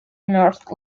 north